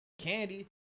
Candy